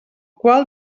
qual